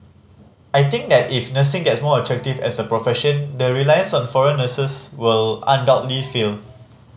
I think that if nursing gets more attractive as a profession the reliance on foreign nurses will undoubtedly fall